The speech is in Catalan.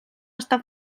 està